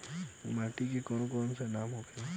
माटी के कौन कौन नाम होखेला?